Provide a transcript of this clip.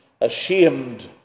ashamed